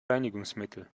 reinigungsmittel